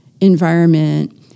environment